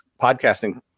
podcasting